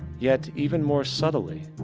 yet even more subtly,